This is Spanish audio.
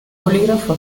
bolígrafo